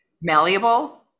malleable